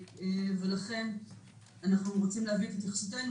לכן אנחנו רוצים להביא את התייחסותנו,